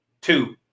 Two